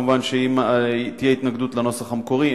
אם תהיה התנגדות לנוסח המקורי,